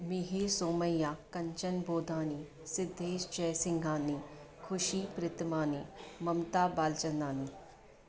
Mihir Somaiya Kanchan Bodhani Siddhesh Jay Singhani Khushi Riddhmani Mamta Balchandani